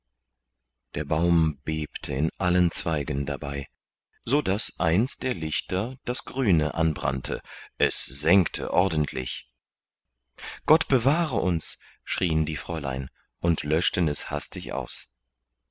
der baum bebte in allen zweigen dabei so daß eins der lichter das grüne anbrannte es sengte ordentlich gott bewahre uns schrieen die fräulein und löschten es hastig aus